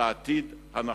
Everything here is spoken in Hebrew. לעתיד הנחוץ,